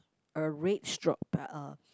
a red straw p~ uh